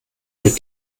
mit